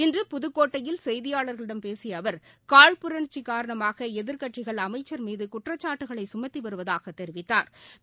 இன்று புதுக்கோட்டையில் செய்தியாளா்களிடம் பேசியஅவா் காழ்ப்புணா்ச்சிகாரணமாகஎதிர்க்கட்சிகள் அமைச்சா் மீதுகுற்றச்சாட்டுக்களைசுமத்திவருவதாகத் தெரிவித்தாா்